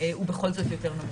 הוא בכל זאת יותר נמוך.